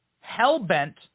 hell-bent